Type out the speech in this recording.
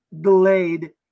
delayed